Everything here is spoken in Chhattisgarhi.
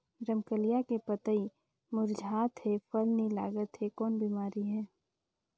रमकलिया के पतई मुरझात हे फल नी लागत हे कौन बिमारी हे?